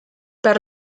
per